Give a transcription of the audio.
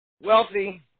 wealthy